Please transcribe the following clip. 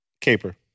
Caper